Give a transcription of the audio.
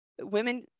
women